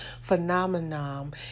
phenomenon